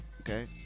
Okay